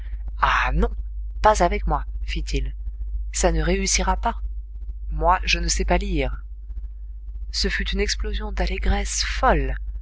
ah non pas avec moi fit-il ça ne réussira pas moi je ne sais pas lire ce fut une explosion d'allégresse folle